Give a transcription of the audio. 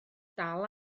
dal